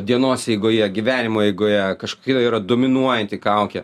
dienos eigoje gyvenimo eigoje kažkokia yra dominuojanti kaukė